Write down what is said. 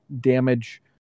damage